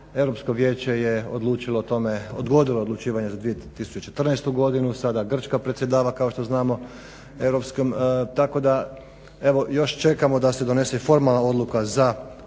odlučilo o tome, odgodilo odlučivanje za 2014.godinu, sada Grčka predsjedava kao što znamo, tako da evo još čekamo da se donese formalna odluka za